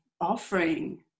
offering